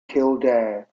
kildare